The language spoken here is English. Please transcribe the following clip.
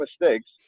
mistakes